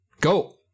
Go